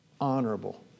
Honorable